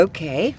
Okay